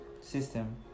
system